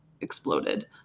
exploded